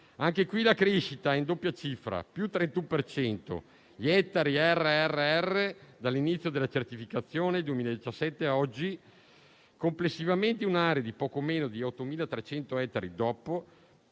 Anche qui la crescita è in doppia cifra: più 31 per cento gli ettari RRR dall'inizio della certificazione, dal 2017 a oggi. Complessivamente, in un'area di poco meno di 8.300 ettari DOP,